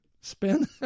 Spin